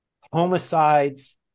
homicides